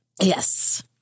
Yes